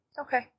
Okay